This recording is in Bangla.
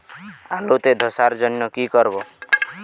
আলুতে ধসার জন্য কি করব?